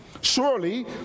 Surely